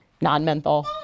non-menthol